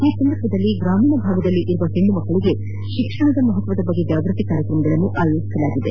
ಈ ಸಂದರ್ಭದಲ್ಲಿ ಗ್ರಾಮೀಣ ಭಾಗದಲ್ಲಿರುವ ಹೆಣ್ಣು ಮಕ್ಕಳಿಗೆ ಶಿಕ್ಷಣದ ಮಹತ್ವ ಕುರಿತು ಜಾಗೃತಿ ಕಾರ್ಯಕ್ರಮಗಳನ್ನು ಆಯೋಜಿಸಲಾಗಿದೆ